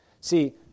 See